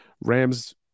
Rams